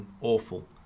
awful